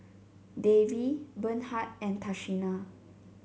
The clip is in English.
Davie Bernhard and Tashina